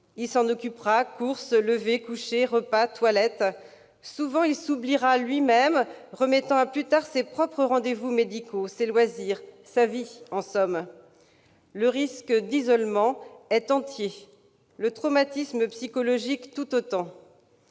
Il s'occupera des courses, du lever, du coucher, du repas, de la toilette et, souvent, il s'oubliera lui-même, remettant à plus tard ses propres rendez-vous médicaux, ses loisirs, sa vie, en somme. Le risque d'isolement et de traumatisme psychologique est important.